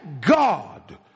God